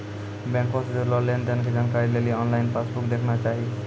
बैंको से जुड़लो लेन देनो के जानकारी लेली आनलाइन पासबुक देखना चाही